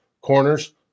Corners